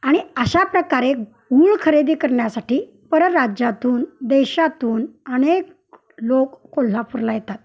आणि अशा प्रकारे गूळ खरेदी करण्यासाठी परराज्यातून देशातून अनेक लोक कोल्हापूरला येतात